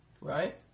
right